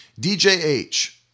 DJH